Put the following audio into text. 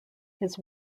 his